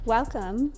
Welcome